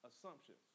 assumptions